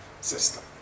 system